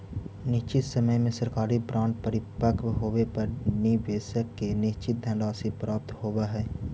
निश्चित समय में सरकारी बॉन्ड परिपक्व होवे पर निवेशक के निश्चित धनराशि प्राप्त होवऽ हइ